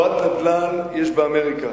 בועת נדל"ן יש באמריקה,